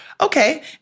Okay